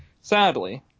Sadly